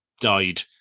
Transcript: died